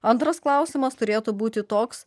antras klausimas turėtų būti toks